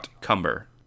Cumber